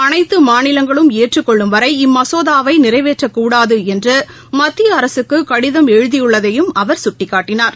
அனைத்துமாநிலங்களும் ஏற்றுக் கொள்ளும் வரை இம்மசோதாவைநிறைவேற்றக்கூடாதுஎன்றுமத்தியஅரசுக்குகடிதம் எழுதியதையும் அவர் சுட்டிக்காட்டினார்